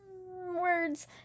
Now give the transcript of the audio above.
words